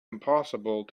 impossible